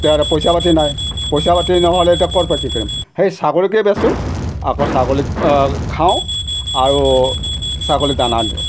তেতিয়া পইচা পাতি নাই পইচা পাতি নহ'লে এতিয়া ক'ৰপৰা কি কৰিম সেই ছাগলীকে বেচোঁ আকৌ ছাগলীক খাওঁ আৰু ছাগলী দানা দিওঁ